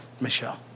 Michelle